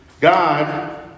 God